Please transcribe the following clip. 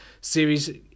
series